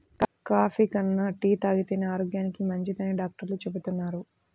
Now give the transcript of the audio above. coffee కన్నా tea తాగితేనే ఆరోగ్యానికి మంచిదని డాక్టర్లు చెబుతున్నారు